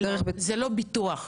זה לא ביטוח.